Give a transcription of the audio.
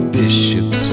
bishops